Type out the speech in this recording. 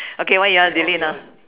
okay what you want to delete now